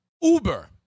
Uber